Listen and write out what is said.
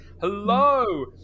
hello